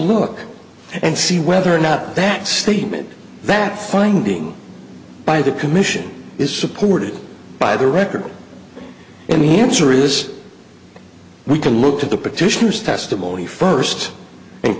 look and see whether or not that statement that finding by the commission is supported by the record and he answer is we can look at the petition as testimony first and